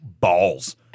balls